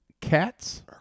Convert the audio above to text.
Cats